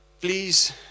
Please